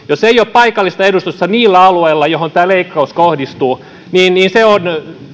jos ei ole paikallista edustusta niillä alueilla joihin tämä leikkaus kohdistuu se on